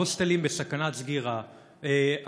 ההוסטלים בסכנת סגירה,